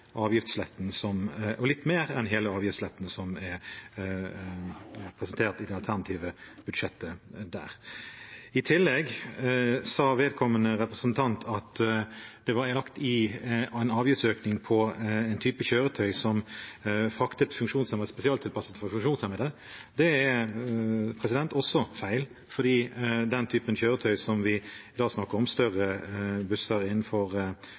avgiftsletten – og litt mer enn det – som er presentert i det alternative statsbudsjettet deres. I tillegg sa vedkommende representant at det var lagt inn en avgiftsøkning på en type kjøretøy som er spesialtilpasset for å frakte funksjonshemmede. Det er også feil, for den typen kjøretøy vi da snakker om – større busser innenfor